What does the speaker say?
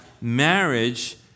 marriage